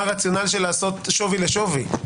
מה הרציונל לעשות שווי לשווי?